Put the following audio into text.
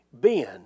Ben